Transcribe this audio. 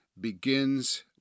begins